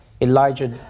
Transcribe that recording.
Elijah